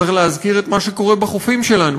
צריך להזכיר את מה שקורה בחופים שלנו.